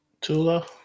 Tula